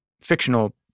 fictional